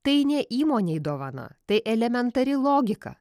tai ne įmonei dovana tai elementari logika